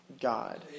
God